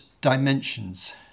dimensions